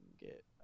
get